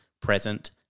present